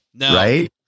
Right